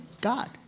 God